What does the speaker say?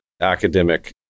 academic